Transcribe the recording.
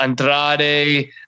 Andrade